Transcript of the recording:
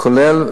כולל,